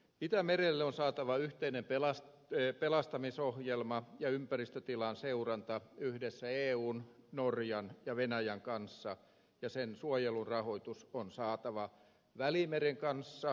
itämerelle on saatava yhteinen pelastamisohjelma ja ympäristötilan seuranta yhdessä eun norjan ja venäjän kanssa ja sen suojelun rahoitus on saatava välimeren kanssa vertailukelpoiselle tasolle